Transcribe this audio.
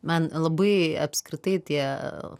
man labai apskritai tie